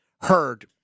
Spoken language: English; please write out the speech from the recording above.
heard